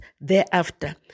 thereafter